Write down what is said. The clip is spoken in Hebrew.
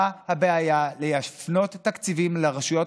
מה הבעיה להפנות את התקציבים לרשויות